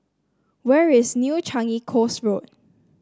where is New Changi Coast Road